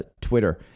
Twitter